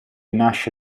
nasce